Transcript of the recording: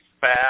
fast